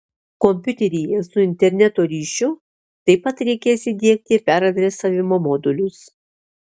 kompiuteryje su interneto ryšiu taip pat reikės įdiegti peradresavimo modulius